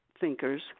thinkers